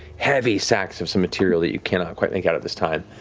heavy sacks of some material that you cannot quite make out at this time.